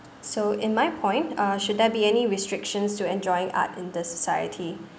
so in my point uh should there be any restrictions to enjoying art in the society